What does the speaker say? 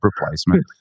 replacement